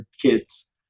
kids